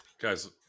guys